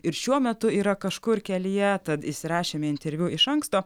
ir šiuo metu yra kažkur kelyje tad įsirašėme interviu iš anksto